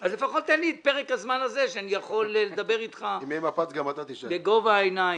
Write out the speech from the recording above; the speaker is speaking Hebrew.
אז לפחות תן לי את פרק הזמן הזה שאני יכול לדבר איתך בגובה העיניים.